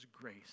grace